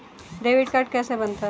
Debit card कैसे बनता है?